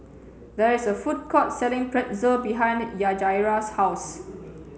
there is a food court selling Pretzel behind Yajaira's house